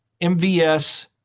MVS